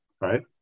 right